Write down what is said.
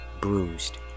bruised